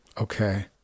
Okay